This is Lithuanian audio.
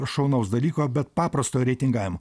šaunaus dalyko bet paprasto reitingavimo